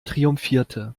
triumphierte